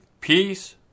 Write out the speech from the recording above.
peace